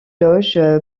loge